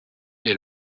est